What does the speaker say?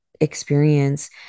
experience